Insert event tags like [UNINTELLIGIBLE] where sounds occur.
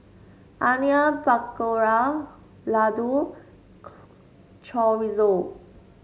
Onion Pakora Ladoo [UNINTELLIGIBLE] Chorizo